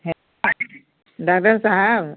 doctor Saheb